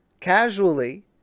casually